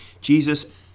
Jesus